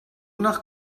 nach